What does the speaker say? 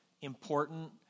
important